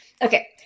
Okay